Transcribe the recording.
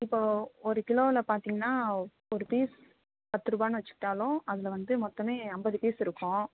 இப்போ ஒரு கிலோவில பார்த்தீங்கன்னா ஒரு பீஸ் பத்துரூபான்னு வச்சிக்கிட்டாலும் அதில் வந்து மொத்தமே ஐம்பது பீஸ் இருக்கும்